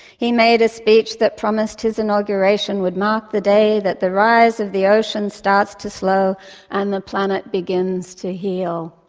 he made a speech that promised his inauguration would mark the day the rise of the oceans starts to slow and the planet begins to heal.